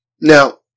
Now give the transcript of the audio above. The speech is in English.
Now